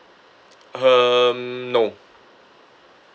um no